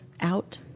out